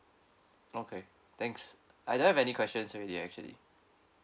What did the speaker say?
okay thanks I don't have any questions already actually